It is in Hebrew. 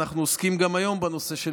אנחנו עוסקים גם היום בנושא,